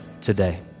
today